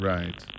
Right